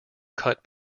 cut